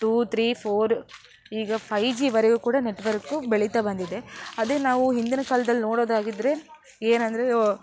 to three four ಈಗ ಫೈಜಿವರೆಗು ಕೂಡ ನೆಟ್ವರ್ಕ್ ಬೆಳಿತಾ ಬಂದಿದೆ ಅದೇ ನಾವು ಹಿಂದಿನ ಕಾಲ್ದಲ್ಲಿ ನೋಡೋದಾಗಿದ್ರೆ ಏನೆಂದ್ರೆ